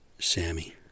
Sammy